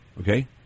okay